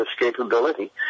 escapability